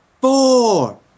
four